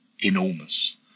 enormous